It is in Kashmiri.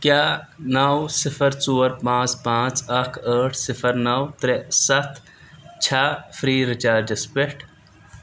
کیٛاہ نَو صِفَر ژور پانٛژھ پانٛژھ اَکھ ٲٹھ صِفر نَو ترٛےٚ سَتھ چھا فرٛی رِچارجس پٮ۪ٹھ